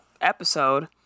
episode